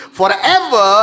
forever